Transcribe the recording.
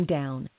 down